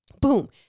boom